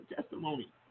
testimony